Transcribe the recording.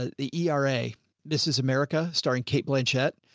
ah the era. this is america starring kate blanchette.